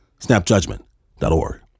Snapjudgment.org